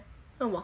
为什么